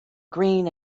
green